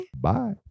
Bye